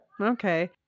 Okay